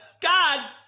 god